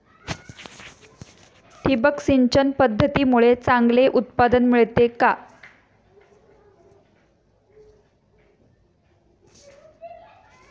ठिबक सिंचन पद्धतीमुळे चांगले उत्पादन मिळते का?